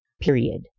Period